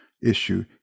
Issue